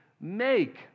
make